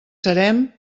serem